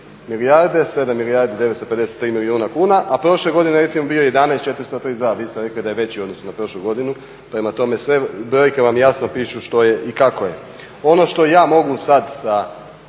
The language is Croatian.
dakle -7,953 milijarde a prošle godine je recimo bio -11 432. Vi ste rekli da je veći u odnosu na prošlu godinu. Prema tome, sve brojke vam jasno pišu što je i kako je. Ono što ja mogu sad sa